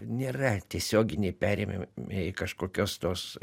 nėra tiesioginiai perėmėjai kažkokios tos